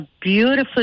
beautiful